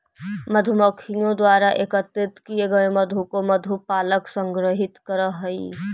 मधुमक्खियों द्वारा एकत्रित किए गए मधु को मधु पालक संग्रहित करअ हई